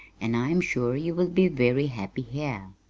and i am sure you will be very happy here.